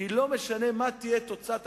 כי לא משנה מה תהיה תוצאת הבחירות,